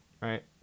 right